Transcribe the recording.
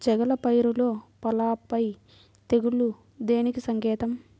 చేగల పైరులో పల్లాపై తెగులు దేనికి సంకేతం?